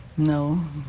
no.